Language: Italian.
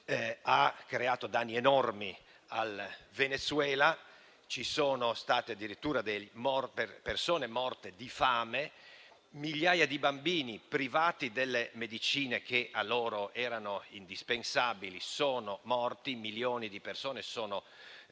ha creato danni enormi al Venezuela. Ci sono state addirittura persone morte di fame e migliaia di bambini, privati delle medicine che a loro erano indispensabili, sono morti; milioni di persone sono